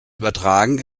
übertragen